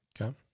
Okay